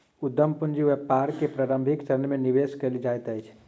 उद्यम पूंजी व्यापार के प्रारंभिक चरण में निवेश कयल जाइत अछि